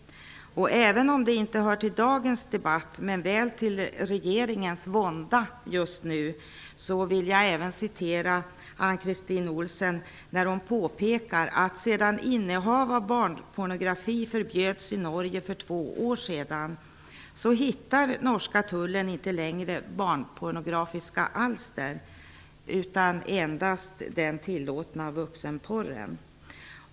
Även om det inte hör till dagens debatt, men väl till regeringens vånda just nu, vill jag anföra vad Ann Kristin Olsen påpekar: Sedan innehav av barnpornografi förbjöds i Norge för två år sedan hittar norska tullen inte längre barnpornografiska alster utan endast den tillåtna vuxenpornografin.